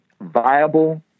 viable